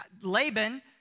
Laban